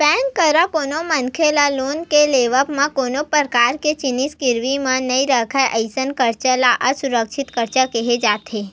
bank करा कोनो मनखे ल लोन के देवब म कोनो परकार के जिनिस गिरवी म नइ राहय अइसन करजा ल असुरक्छित करजा केहे जाथे